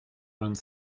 vingt